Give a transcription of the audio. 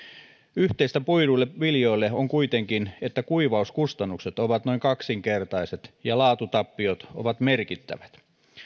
yhteistä puiduille viljoille on kuitenkin että kuivauskustannukset ovat noin kaksinkertaiset ja laatutappiot ovat merkittävät